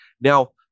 now